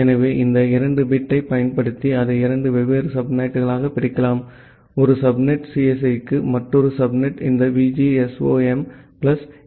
எனவே இந்த இரண்டு பிட்டைப் பயன்படுத்தி அதை இரண்டு வெவ்வேறு சப்நெட்டுகளாகப் பிரிக்கிறோம் ஒரு சப்நெட் சிஎஸ்இக்கு மற்றொரு சப்நெட் இந்த விஜிஎஸ்ஓஎம் பிளஸ் இ